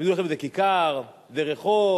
יגידו לכם: זה כיכר, זה רחוב.